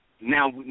Now